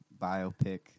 biopic